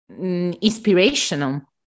inspirational